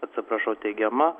atsiprašau teigiama